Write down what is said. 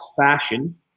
fashion